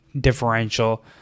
differential